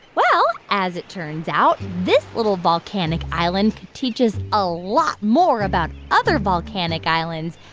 well, as it turns out, this little volcanic island can teach us a lot more about other volcanic islands.